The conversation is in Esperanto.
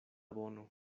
bono